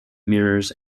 mirrors